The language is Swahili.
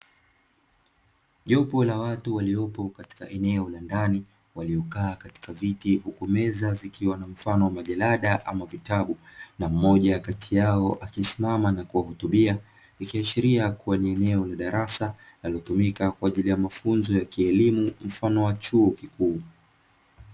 Jopo la watu waliopo katika eneo la ndani, waliokaa katika viti huku meza zikiwa na mfano wa majarada ama vitabu, na mmoja kati yao akisimama na kuwahutubia, Ikiashiria kuwa ni eneo la darasa linalo tumika kwa ajili ya mafunzo ya kielimu mfano wa chuo kikuu.